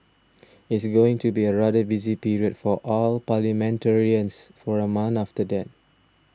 it's going to be a rather busy period for all parliamentarians for a month after that